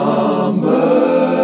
Summer